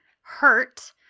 hurt